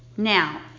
Now